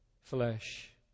flesh